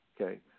Okay